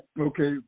Okay